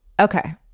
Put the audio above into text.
Okay